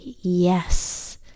yes